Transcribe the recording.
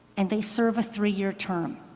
and they serve a three-year term.